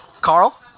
Carl